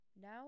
now